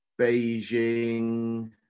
Beijing